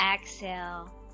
Exhale